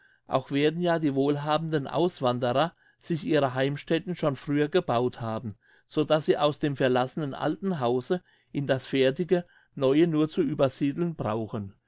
auch werden ja die wohlhabenden auswanderer sich ihre heimstätten schon früher gebaut haben so dass sie aus dem verlassenen alten hause in das fertige neue nur zu übersiedeln brauchen